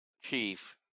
chief